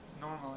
Normally